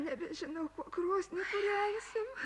nebežinau kuo krosnį kūrensim